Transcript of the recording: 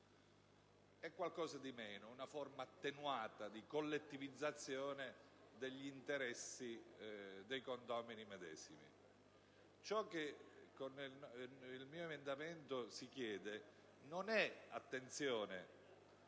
è qualcosa di meno, una forma attenuata di collettivizzazione degli interessi dei condomini medesimi. Ciò che nel mio emendamento si chiede non è - attenzione